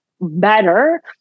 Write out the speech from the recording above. better